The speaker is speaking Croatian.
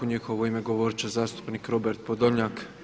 U njihovo ime govorit će zastupnik Robert POdolnjak.